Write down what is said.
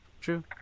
True